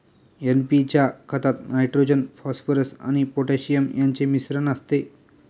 NP च्या खतात nitrogen, phosphorus आणि पोटॅशियम यांचे मिश्रण असते